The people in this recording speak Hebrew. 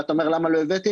ואתה שואל למה לא הבאנו,